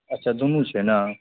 अच्छा दुनू छै ने